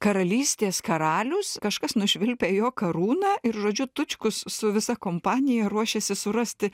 karalystės karalius kažkas nušvilpia jo karūną ir žodžiu tučkus su visa kompanija ruošiasi surasti